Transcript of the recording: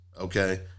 Okay